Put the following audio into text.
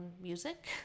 music